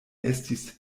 estis